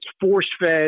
force-fed